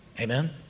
Amen